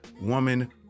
woman